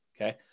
Okay